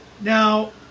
Now